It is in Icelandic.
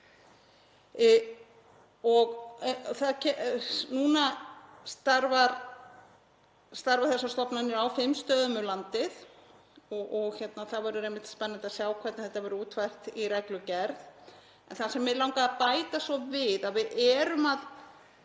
Núna starfa þessar stofnanir á fimm stöðum um landið og það verður spennandi að sjá hvernig þetta verður útfært í reglugerð. En það sem mig langaði að bæta við er að